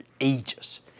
ages